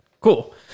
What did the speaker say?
cool